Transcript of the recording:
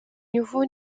nouveau